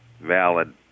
valid